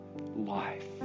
life